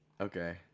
Okay